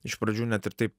iš pradžių net ir taip